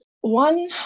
one